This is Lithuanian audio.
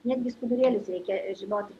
netgi skudurėlius reikia žinoti